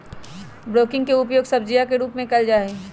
broccoli के उपयोग सब्जीया के रूप में कइल जाहई